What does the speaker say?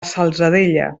salzadella